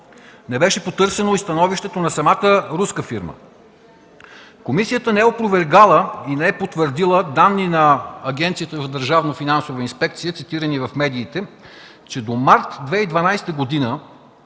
Не беше потърсено и становището на самата руска фирма. Комисията не е опровергала и не е потвърдила данните на Агенцията за държавна финансова инспекция, цитирани в медиите, че до март 2012 г.